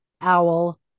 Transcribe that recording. owl